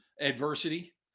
adversity